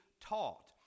taught